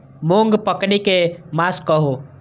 मूँग पकनी के मास कहू?